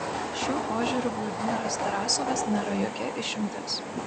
šiuo požiūriu vladimiras tarasovas nėra jokia išimtis